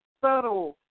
subtle